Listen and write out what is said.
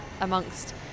amongst